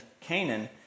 Canaan